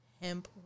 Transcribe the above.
Hemp